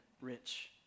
rich